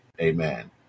amen